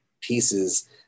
pieces